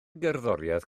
gerddoriaeth